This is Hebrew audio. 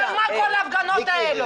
כי על מה כל ההפגנות האלה?